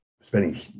spending